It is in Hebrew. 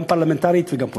גם פרלמנטרית וגם פוליטית.